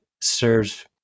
serves